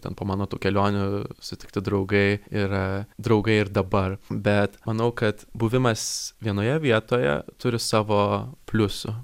ten po mano tų kelionių sutikti draugai yra draugai ir dabar bet manau kad buvimas vienoje vietoje turi savo pliusų